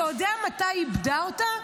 אתה יודע מתי היא איבדה אותה?